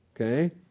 Okay